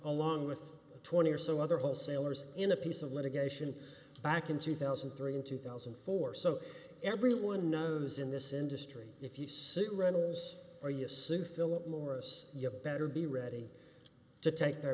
along with twenty or so other wholesalers in a piece of litigation back in two thousand and three in two thousand and four so everyone knows in this industry if you sit right is or you assume philip morris you better be ready to take their